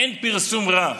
אין פרסום רע.